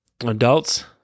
Adults